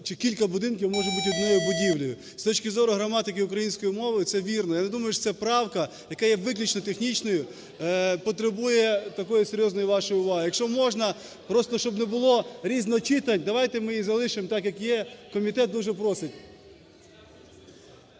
чи кілька будинків можуть бути однією будівлею. З точки зору граматики української мови це вірно. Я не думаю, що ця правка, яка є виключно технічною, потребує такої серйозної вашої уваги. Якщо можна, просто щоб не було різночитань, давайте ми її залишимо так, як є. Комітет дуже просить.